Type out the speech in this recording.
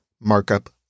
Markup